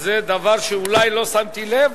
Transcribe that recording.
זה דבר שאולי לא שמתי לב.